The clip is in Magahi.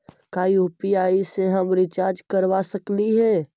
का यु.पी.आई से हम रिचार्ज करवा सकली हे?